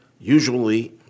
Usually